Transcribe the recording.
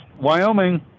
Wyoming